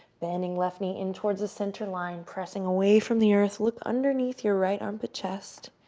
bending left knee in towards the center line, pressing away from the earth. look underneath your right armpit, chest.